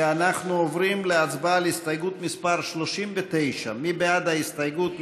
אנחנו עוברים להצבעה על הסתייגות 39. מי בעד ההסתייגות?